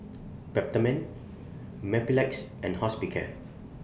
Peptamen Mepilex and Hospicare